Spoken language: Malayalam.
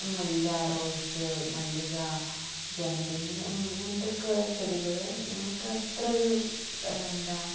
മുല്ല റോസ് മല്ലിക ജമന്തി ഇങ്ങനത്തൊക്കെ ചെടികള് നമ്മള്ക്ക് അത്ര ഒരു എന്താ